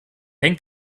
hängt